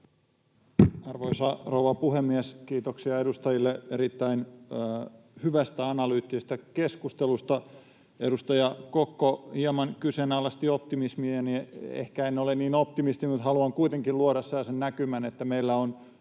Arvoisa rouva puhemies! Kiitoksia edustajille erittäin hyvästä ja analyyttisestä keskustelusta. Edustaja Kokko hieman kyseenalaisti optimismiani. Ehkä en ole niin optimisti, mutta haluan kuitenkin luoda sellaisen näkymän, että meillä on